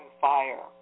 fire